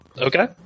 Okay